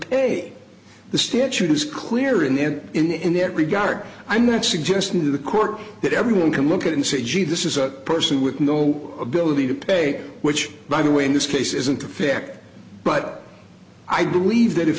pay the statute is clear in the end in that regard i'm not suggesting to the court that everyone can look at and say gee this is a person with no ability to pay which by the way in this case isn't perfect but i believe that if